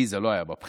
לי זה לא היה בבחינה,